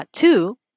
Two